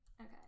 Okay